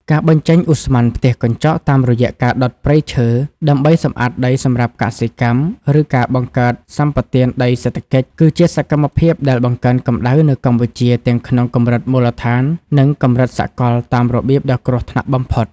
ការបញ្ចេញឧស្ម័នផ្ទះកញ្ចក់តាមរយៈការដុតព្រៃឈើ ដើម្បីសម្អាតដីសម្រាប់កសិកម្ម ឬការបង្កើតសម្បទានដីសេដ្ឋកិច្ច គឺជាសកម្មភាពដែលបង្កើនកម្ដៅនៅកម្ពុជាទាំងក្នុងកម្រិតមូលដ្ឋាន និងកម្រិតសកលតាមរបៀបដ៏គ្រោះថ្នាក់បំផុត។